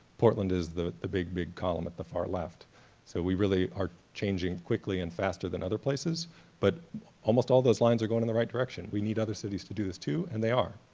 portland is the the big big column at the far left so we really are changing quickly and faster than other places but almost all those lines are going in the right direction. we need other cities to do this too and they are.